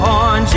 on